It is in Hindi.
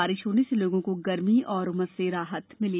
बारिश होने से लोगों को गर्मी और उमस से राहत मिली